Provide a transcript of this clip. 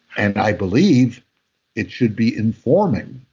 and i believe it should be informing.